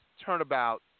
turnabout